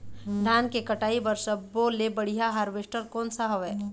धान के कटाई बर सब्बो ले बढ़िया हारवेस्ट कोन सा हवए?